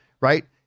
Right